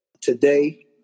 Today